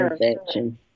infection